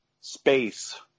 space